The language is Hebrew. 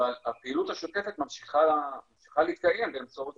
אבל הפעילות השוטפת ממשיכה להתקיים באמצעות